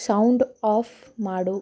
sound off ಮಾಡು